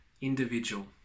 individual